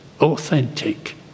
authentic